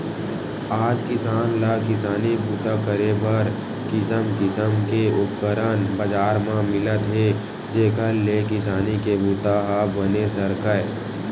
आज किसान ल किसानी बूता करे बर किसम किसम के उपकरन बजार म मिलत हे जेखर ले किसानी के बूता ह बने सरकय